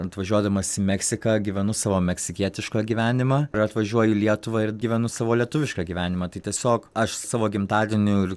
atvažiuodamas į meksiką gyvenu savo meksikietišką gyvenimą ir atvažiuoju į lietuvą ir gyvenu savo lietuvišką gyvenimą tai tiesiog aš savo gimtadienių ir